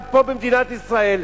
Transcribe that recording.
גם פה במדינת ישראל,